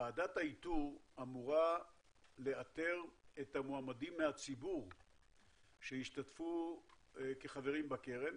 ועדת האיתור אמורה לאתר את המועמדים מהציבור שישתתפו כחברים בקרן,